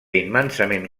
immensament